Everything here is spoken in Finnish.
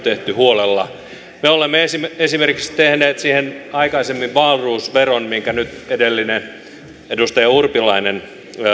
tehty huolella me olemme esimerkiksi esimerkiksi tehneet siihen aikaisemmin wahlroos veron mitä nyt edustaja urpilainen